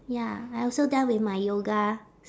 ya I also done with my yoga